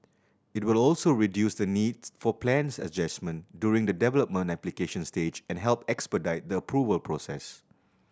it will also reduce the needs for plans adjustment during the development application stage and help expedite the approval process